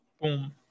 Boom